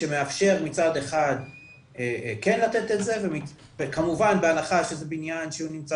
שמאפשר מצד אחד כן לתת את זה וכמובן בהנחה שזה בניין שנמצא